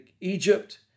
Egypt